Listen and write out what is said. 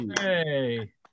Hey